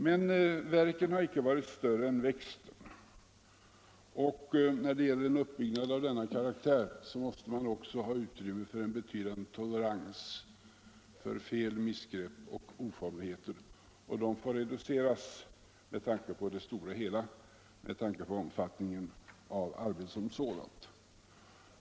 Men värken har icke varit större än växten, och när det gäller en uppbyggnad av denna karaktär måste man också ha utrymme för en betydande tolerans för fel, missgrepp och oformligheter. De får reduceras med tanke på den stora helheten och på omfattningen av arbetet som sådant.